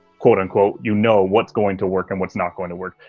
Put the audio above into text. quote unquote, you know what's going to work and what's not going to work.